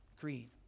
greed